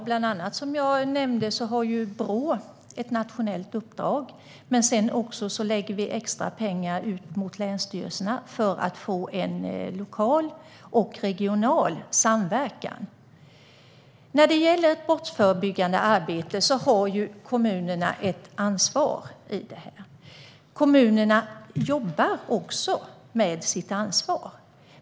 Herr talman! Bland annat har Brå ett nationellt uppdrag. Vi lägger också extra pengar ut mot länsstyrelserna för att få en lokal och regional samverkan. När det gäller brottsförebyggande arbete har kommunerna ett ansvar. Kommunerna jobbar också med sitt ansvar.